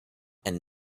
and